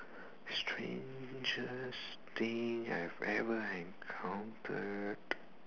strangest thing that I've ever encounter